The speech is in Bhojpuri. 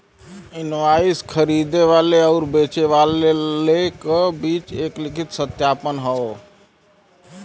इनवाइस खरीदे वाले आउर बेचे वाले क बीच एक लिखित सत्यापन हौ